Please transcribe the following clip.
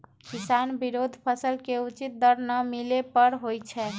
किसान विरोध फसल के उचित दर न मिले पर होई छै